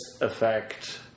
effect